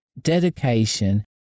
dedication